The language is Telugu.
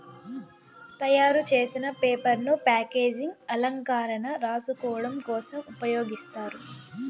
తయారు చేసిన పేపర్ ను ప్యాకేజింగ్, అలంకరణ, రాసుకోడం కోసం ఉపయోగిస్తారు